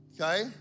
okay